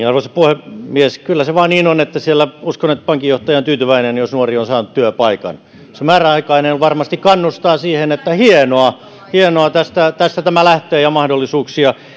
arvoisa puhemies kyllä se vain niin on että uskon että siellä pankinjohtaja on tyytyväinen jos nuori on saanut työpaikan se määräaikainen varmasti kannustaa siihen että hienoa hienoa tästä tämä lähtee ja mahdollisuuksia